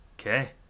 Okay